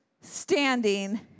standing